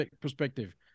perspective